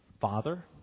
Father